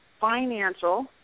financial